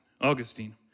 Augustine